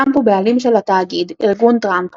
טראמפ הוא בעלים של התאגיד "ארגון טראמפ"